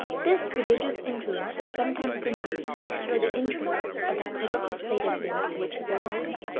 this religious influence has sometimes been used to secure the interests of that political state of things to which he belonged.